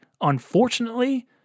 unfortunately